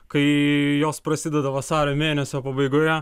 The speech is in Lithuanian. kai jos prasideda vasario mėnesio pabaigoje